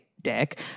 dick